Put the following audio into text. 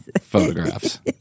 photographs